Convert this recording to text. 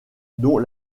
dont